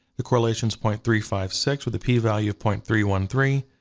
the correlation's point three five six with a p-value of point three one three,